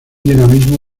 dinamismo